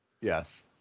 Yes